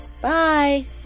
Bye